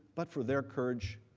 but for their courage,